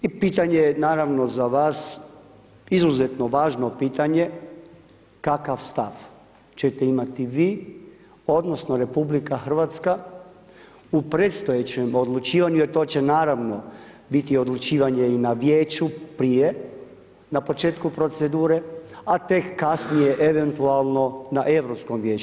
I pitanje je naravno za vas, izuzetno važno pitanje, kakav stav ćete imati vi, odnosno, RH u predstojećem odlučivanju, jer to će naravno, biti odlučivanju i na Vijeću, prije, na početku procedure, a tek kasnije eventualno na Europskom vijeću.